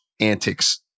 antics